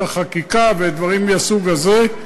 את החקיקה ודברים מהסוג הזה,